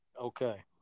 Okay